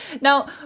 Now